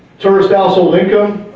tourist household income.